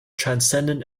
transcendent